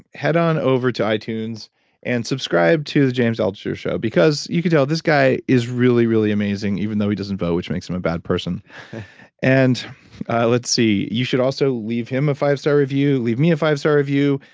head on over to itunes and subscribe to the james altucher show because you can tell this guy is really really amazing, even though he doesn't vote, which makes him a bad person and let's see, you should also leave him a five star review, leave me a five star review,